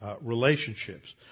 relationships